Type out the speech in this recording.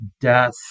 death